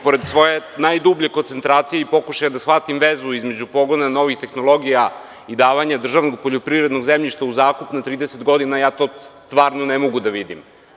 Pored svoje najdublje koncentracije i pokušaja da shvatim vezu između pogona novih tehnologija i davanja državnog poljoprivrednog zemljišta u zakup na 30 godina, ja to stvarno ne mogu da vidim.